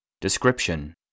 Description